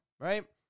Right